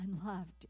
unloved